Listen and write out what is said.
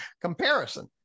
comparison